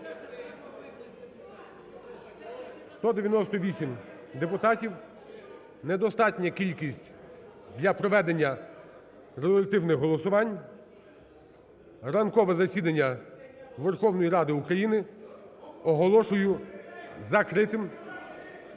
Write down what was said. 198 депутатів. Недостатня кількість для проведення результативних голосувань. Ранкове засідання Верховної Ради України оголошую закритим.